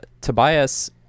Tobias